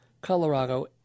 Colorado